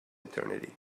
eternity